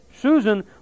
Susan